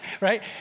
right